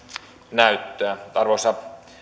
näyttöä arvoisa